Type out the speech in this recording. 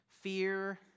Fear